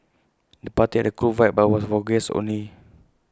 the party had A cool vibe but was for guests only